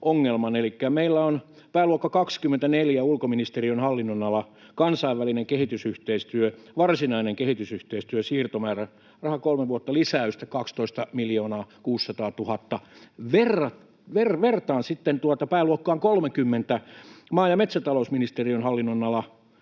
Meillä on pääluokka 24, Ulkoministeriön hallinnonala, Kansainvälinen kehitysyhteistyö, Varsinainen kehitysyhteistyö (siirtomääräraha 3 vuotta), lisäystä 12 600 000. Vertaan sitten tuota pääluokkaan 30, Maa- ja metsätalousministeriön hallinnonala,